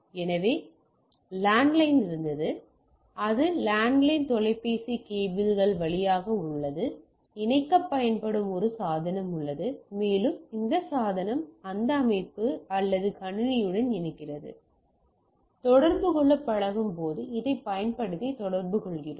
எனவே லேண்ட்லைன் இருந்தது அது லேண்ட்லைன் தொலைபேசி கேபிள்கள் வழியாக உள்ளது இணைக்கப் பயன்படும் ஒரு சாதனம் உள்ளது மேலும் அந்த சாதனம் இந்த அமைப்பு அல்லது கணினியுடன் இணைகிறது தொடர்பு கொள்ளப் பழகும்போது இதைப் பயன்படுத்தி தொடர்பு கொள்கிறோம்